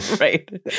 Right